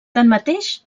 tanmateix